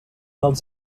els